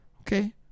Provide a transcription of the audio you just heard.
okay